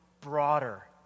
broader